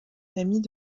famille